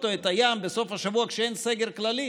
או את הים בסוף השבוע כשאין סגר כללי,